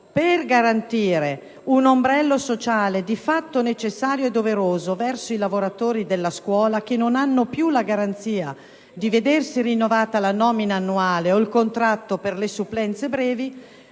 per garantire un ombrello sociale di fatto necessario e doveroso verso i lavoratori della scuola che non hanno più la garanzia di vedersi rinnovata la nomina annuale o il contratto per le supplenze brevi,